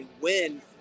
win